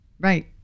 Right